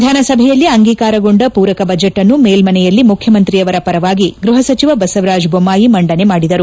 ವಿಧಾನಸಭೆಯಲ್ಲಿ ಅಂಗೀಕಾರಗೊಂಡ ಪೂರಕ ಬಜೆಟ್ನ್ನು ಮೇಲ್ಲನೆಯಲ್ಲಿ ಮುಖ್ಯಮಂತ್ರಿಯವರ ಪರವಾಗಿ ಗೃಹಸಚಿವ ಬಸವರಾಜ ಜೊಮ್ನಾಯಿ ಮಂಡನೆ ಮಾಡಿದರು